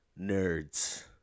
nerds